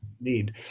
need